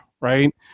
right